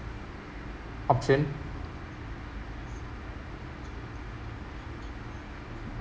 option